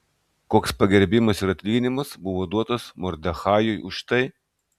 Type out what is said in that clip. koks pagerbimas ir atlyginimas buvo duotas mordechajui už tai